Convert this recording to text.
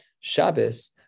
Shabbos